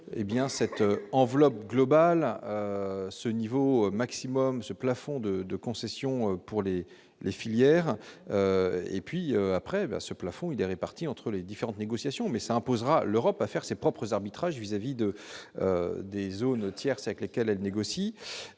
cette enveloppe globale ce niveau maximum ce plafond de de concessions pour les les filières et puis après, ben ce plafond il est réparti entre les différentes négociations mais s'imposera l'Europe à faire ses propres arbitrages vis-à-vis de des eaux une tierce, avec lesquels elle négocie